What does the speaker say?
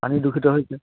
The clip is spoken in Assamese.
আমি দু খিত হৈছোঁ